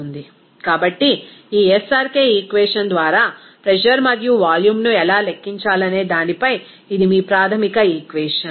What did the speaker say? కాబట్టి ఈ SRK equation ద్వారా ప్రెజర్ మరియు వాల్యూమ్ను ఎలా లెక్కించాలనే దానిపై ఇది మీ ప్రాథమిక ఈక్వేషన్